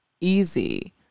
easy